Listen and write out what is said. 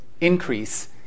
increase